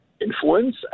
influence